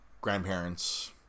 grandparents